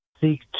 seek